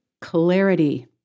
clarity